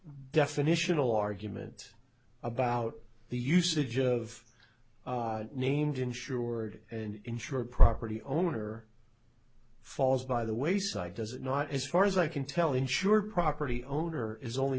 definitional argument about the usage of named insured and insure a property owner falls by the wayside does it not as far as i can tell insure property owner is only